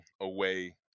away